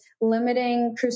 limiting